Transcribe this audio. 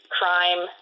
crime